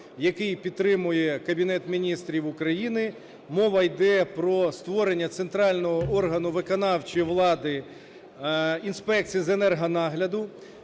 який підтримує Кабінет Міністрів України. Мова йде про створення центрального органу виконавчої влади – інспекції з енергонагляду.